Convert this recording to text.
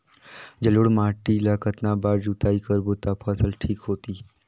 जलोढ़ माटी ला कतना बार जुताई करबो ता फसल ठीक होती?